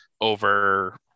over